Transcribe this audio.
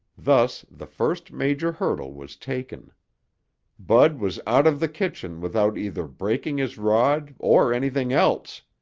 thus the first major hurdle was taken bud was out of the kitchen without either breaking his rod or anything else.